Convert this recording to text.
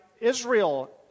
Israel